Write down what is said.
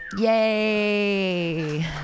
Yay